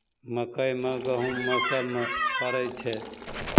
मकइमे गहुँममे सभमे पड़ै छै